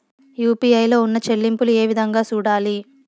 UPI లో ఉన్న చెల్లింపులు ఏ విధంగా సూడాలి